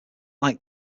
like